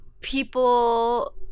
people